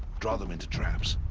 draw them into traps.